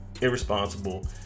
irresponsible